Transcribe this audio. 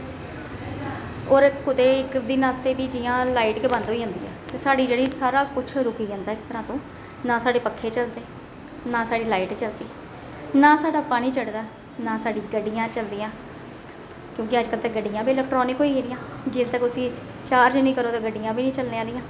होर कुतै इक म्हीने आस्तै जियां लाइट गै बंद होई जंदी ऐ ते साढ़ी जेह्ड़ी सारा कुछ रुकी जंदा इक तरह तू ना साढ़ी पक्खे चलदे न साढ़ी लाइट चलदी ना साढ़ा पानी चढ़दा ना साढ़ी गड्डियां चलदियां क्योंकि अज्जकल ते गड्डियां बी ऐल्कााट्रानिक होई गेदियां जिस कुसै गी चार्ज निं करो ते गड्डियां बी नेईं चलने आह्लियां